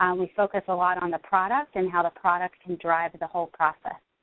um we focus a lot on the product and how the product can drive the whole process.